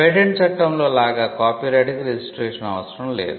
patent చట్టంలో లాగా copyright కు రిజిస్ట్రేషన్ అవసరం లేదు